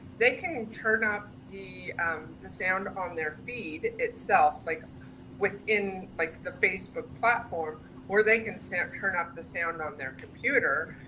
they can turn up the the sound on their feed itself, like within like the facebook platform or they can snap turn up the sound on their computer.